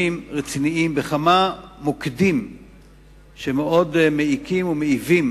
רציניים בכמה מוקדים שמאוד מעיקים ומעיבים